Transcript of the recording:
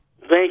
Thank